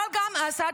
אבל גם אסד,